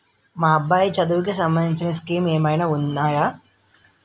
మా అబ్బాయి చదువుకి సంబందించిన స్కీమ్స్ ఏమైనా ఉన్నాయా?